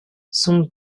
son